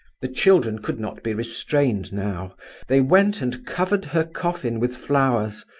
the children could not be restrained now they went and covered her coffin with flowers,